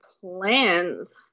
plans